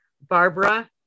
Barbara